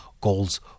goals